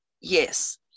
yes